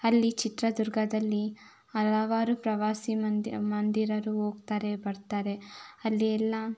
ಅಲ್ಲಿ ಚಿತ್ರದುರ್ಗದಲ್ಲಿ ಹಲವಾರು ಪ್ರವಾಸಿ ಮಂದಿ ಮಂದಿರರು ಹೋಗ್ತಾರೆ ಬರ್ತಾರೆ ಅಲ್ಲಿ ಎಲ್ಲ